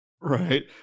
Right